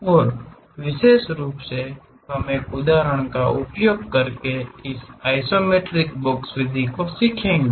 और विशेष रूप से हम एक उदाहरण का उपयोग करके इस आइसोमेट्रिक बॉक्स विधि को सीखेंगे